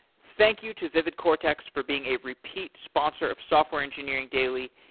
thank you to vividcortex for being a repeat sponsor of software engineering daily.